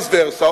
vice versa,